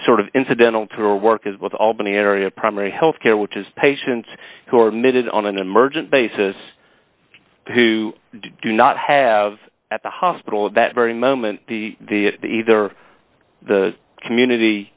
sort of incidental to our work as both albany area primary health care which is patients who are mid on an emergent basis who do not have at the hospital of that very moment the the either the community